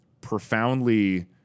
profoundly